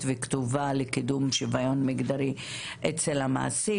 וכתובה לקידום שוויון מגדרי אצל המעסיק.